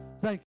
thank